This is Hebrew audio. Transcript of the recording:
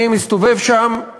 אני מסתובב שם,